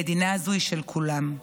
המדינה הזו היא של כולם,